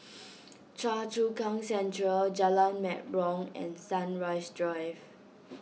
Choa Chu Kang Central Jalan Mempurong and Sunrise Drive